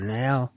now